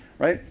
right?